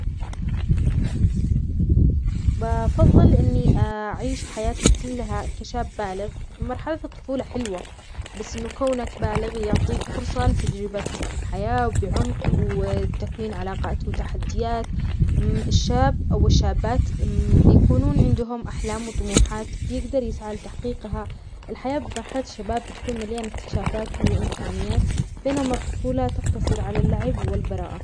بفضل إني أعيش حياتي كلها كشاب بالغ، مرحلة الطفولة حلوة، بس إنه كونك بالغ يعطيك فرصة لتجربة الحياة وبعمق والتكوين علاقات وتحديات. الشاب أو الشابات بيكونون عندهم أحلام وطموحات، بيقدر يسعى لتحقيقها، الحياة بمرحلة الشباب بتكون مليانة اكتشافات وإمكانيات، بينما الطفولة تقتصر على اللعب والبراءة.